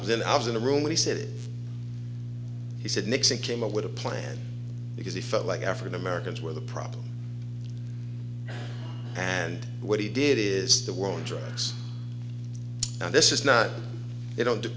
was in i was in a room he said he said nixon came up with a plan because he felt like african americans were the problem and what he did is the world drugs and this is not you don't do